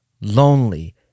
lonely